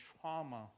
trauma